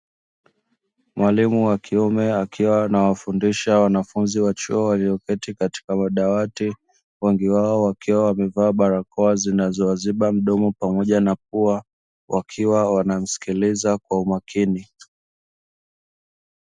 Mwalimu wa kiume, akiwa anawafundisha wanafunzi wa chuo walioketi katika madawati. Wengi wao wakiwa wamevaa barakoa zinazowaziba mdomo pamoja na pua, wakiwa wanamsikiliza kwa umakini.